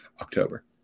October